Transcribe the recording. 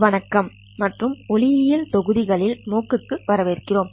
வணக்கம் மற்றும் ஒளியியல் தொடர்புகள்களின் மூக் க்கு வரவேற்கிறோம்